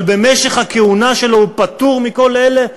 אבל במשך הכהונה שלו הוא פטור מכל אלה?